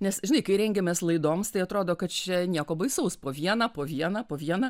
nes žinai kai rengėamės laidoms tai atrodo kad čia nieko baisaus po vieną po vieną po vieną